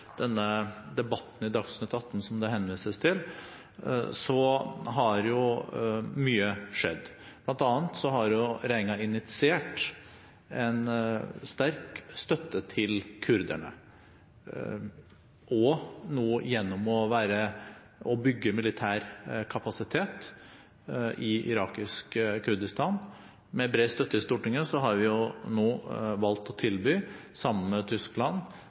debatten i Dagsnytt 18 som det henvises til, så har mye skjedd, bl.a. har regjeringen initiert en sterk støtte til kurderne – nå gjennom å bygge militær kapasitet i irakisk Kurdistan. Med bred støtte i Stortinget har vi nå valgt å tilby – sammen med Tyskland